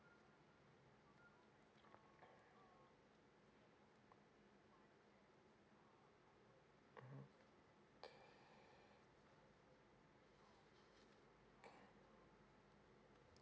mmhmm